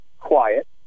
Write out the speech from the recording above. Quiet